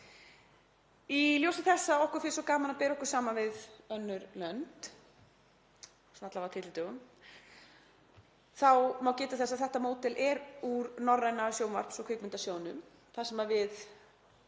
Í ljósi þess að okkur finnst svo gaman að bera okkur saman við önnur lönd, alla vega á tyllidögum, þá má geta þess að þetta módel er úr Norræna sjónvarps- og kvikmyndasjóðnum þar sem við